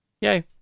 Yay